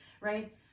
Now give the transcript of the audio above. Right